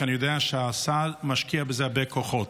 כי אני יודע שהשר משקיע בזה הרבה כוחות,